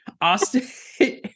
Austin